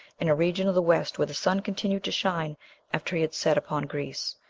in a region of the west where the sun continued to shine after he had set upon greece.